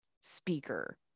speaker